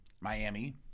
Miami